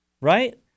right